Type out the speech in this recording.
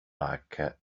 back